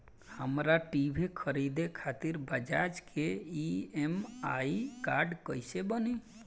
हमरा टी.वी खरीदे खातिर बज़ाज़ के ई.एम.आई कार्ड कईसे बनी?